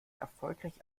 erfolgreich